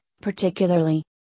particularly